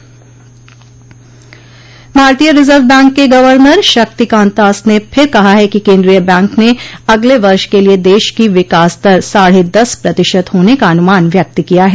भारतीय reserve bank के governor Shaktikanta Das ने फिर कहा है कि केन्द्रीय बंक ने अगले वर्ष के लिए देश की विकास दर साढ दस प्रतिशत होने का अनुमान व्यक्त किया है